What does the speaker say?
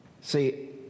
see